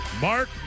Mark